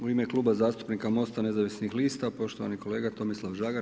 U ime Kluba zastupnika MOST-a nezavisnih lista, poštovani kolega Tomislav Žagar.